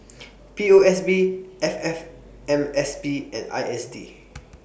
P O S B F F M S B and I S D